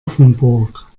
offenburg